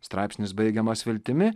straipsnis baigiamas viltimi